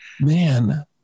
Man